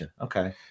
okay